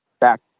back